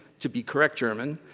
to be correct german,